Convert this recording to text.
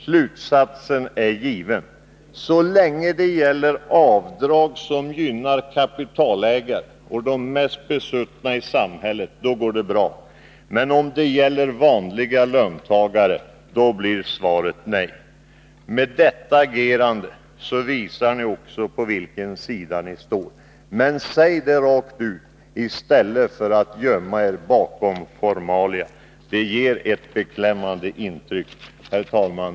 Slutsatsen är given: Så länge det gäller avdrag som gynnar kapitalägare och de besuttna i samhället går det bra, men om det gäller vanliga löntagare blir det nej. Med detta agerande visar ni också på vilken sida ni står. Men säg det rakt ut, i stället för att gömma er bakom formalia! Det ger ett beklämmande intryck. Herr talman!